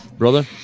Brother